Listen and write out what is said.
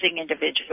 individual